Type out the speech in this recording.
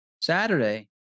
Saturday